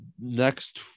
next